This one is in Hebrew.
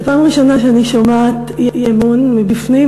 זה פעם ראשונה שאני שומעת אי-אמון מבפנים,